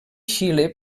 xile